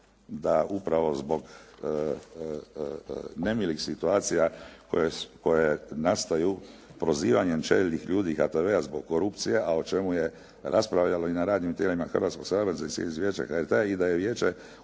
da upravo zbog nemilih situacija koje nastaju prozivanjem čelnih ljudi HTV-a zbog korupcije a o čemu je raspravljalo i na radnim tijelima Hrvatskog sabora … /Govornik se ne